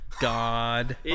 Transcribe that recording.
god